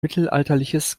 mittelalterliches